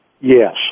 Yes